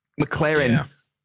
McLaren